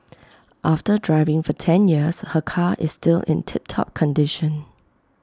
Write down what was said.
after driving for ten years her car is still in tip top condition